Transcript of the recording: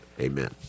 Amen